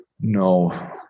No